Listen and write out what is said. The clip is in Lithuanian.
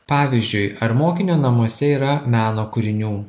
pavyzdžiui ar mokinio namuose yra meno kūrinių